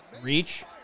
reach